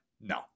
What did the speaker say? No